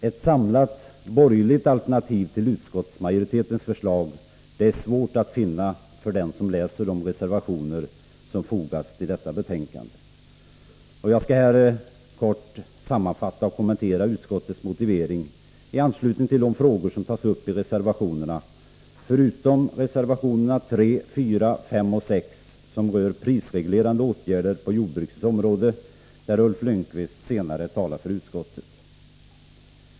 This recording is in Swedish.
Ett samlat borgerligt alternativ till utskottsmajoritetens förslag är svårt att finna för den som läser de reservationer som fogats till detta betänkande. Jag skall här kort sammanfatta och kommentera utskottets motivering i anslutning till de frågor som tas upp i reservationerna, förutom reservationerna 3, 4, 5 och 6, som rör prisreglerande åtgärder på jordbrukets område, där Ulf Lönnqvist senare talar för utskottet.